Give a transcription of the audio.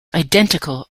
identical